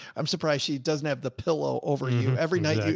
i'm surprised she doesn't have the pillow over you. every night.